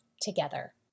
together